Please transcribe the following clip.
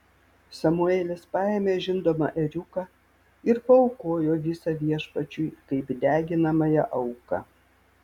samuelis paėmė žindomą ėriuką ir paaukojo visą viešpačiui kaip deginamąją auką